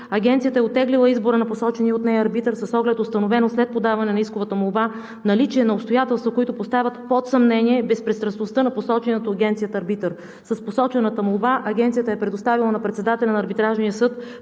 Агенцията е оттеглила избора на посочения от нея арбитър с оглед установено след подаване на исковата молба наличие на обстоятелства, които поставят под съмнение безпристрастността на посочения от Агенцията арбитър. С посочената молба Агенцията е предоставила на председателя на Арбитражния съд